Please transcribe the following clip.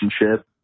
relationship